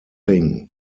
thing